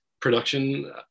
production